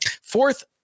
Fourth